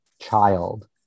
child